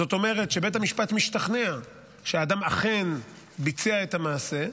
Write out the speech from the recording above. זאת אומרת שבית המשפט משתכנע שאדם אכן ביצע את המעשה,